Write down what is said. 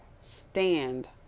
stand